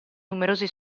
numerosi